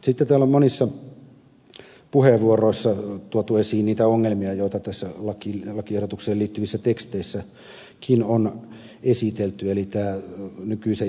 sitten täällä on monissa puheenvuoroissa tuotu esiin niitä ongelmia joita näissä lakiehdotukseen liittyvissä teksteissäkin on esitelty kuten nykyisen